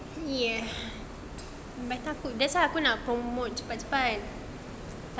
ya sebab tu aku that's why aku nak promote cepat-cepat